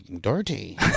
dirty